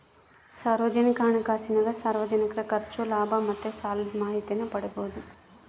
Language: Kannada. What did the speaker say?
ಸಾರ್ವಜನಿಕ ಹಣಕಾಸಿನಾಗ ಸಾರ್ವಜನಿಕರ ಖರ್ಚು, ಲಾಭ ಮತ್ತೆ ಸಾಲುದ್ ಮಾಹಿತೀನ ಪಡೀಬೋದು